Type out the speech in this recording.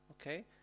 Okay